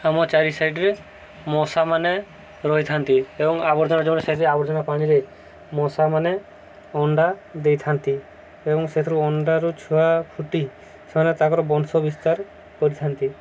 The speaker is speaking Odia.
ଆମ ଚାରି ସାଇଡ୍ରେେ ମଶାମାନେ ରହିଥାନ୍ତି ଏବଂ ଆବର୍ଜନା ଆବର୍ଜନା ପାଣିରେ ମଶାମାନେ ଅଣ୍ଡା ଦେଇଥାନ୍ତି ଏବଂ ସେଥିରୁ ଅଣ୍ଡାରୁ ଛୁଆ ଫୁଟି ସେମାନେ ତାଙ୍କର ବଂଶ ବିସ୍ତାର କରିଥାନ୍ତି